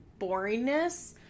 boringness